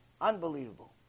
Unbelievable